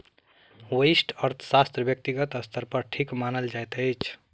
व्यष्टि अर्थशास्त्र व्यक्तिगत स्तर पर ठीक मानल जाइत अछि